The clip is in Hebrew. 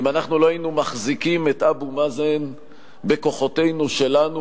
אם אנחנו לא היינו מחזיקים את אבו מאזן בכוחותינו שלנו,